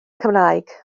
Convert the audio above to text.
cymraeg